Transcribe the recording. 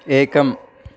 एकम्